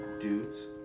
dudes